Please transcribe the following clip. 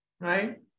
right